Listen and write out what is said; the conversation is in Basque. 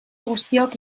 guztiok